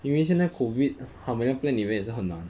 因为现在 COVID 他们要 plan event 也是很难